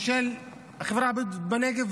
של החברה הבדואית בנגב.